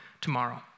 tomorrow